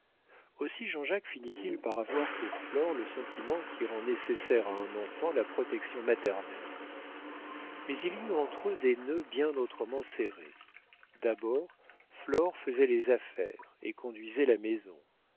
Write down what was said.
aussi jean-jacques finit-il par avoir pour flore le sentiment qui rend nécessaire à un enfant la protection maternelle mais il y eut entre eux des nœuds bien autrement serrés d'abord flore faisait les affaires et conduisait la maison